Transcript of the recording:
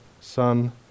Son